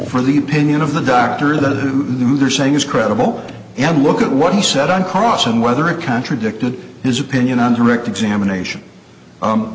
for the opinion of the doctor that who they're saying is credible and look at what he said on cross and whether it contradicted his opinion on direct examination